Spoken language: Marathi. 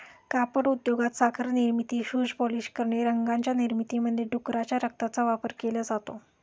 कापड उद्योगात, साखर निर्मिती, शूज पॉलिश करणे, रंगांच्या निर्मितीमध्ये डुकराच्या रक्ताचा वापर केला जातो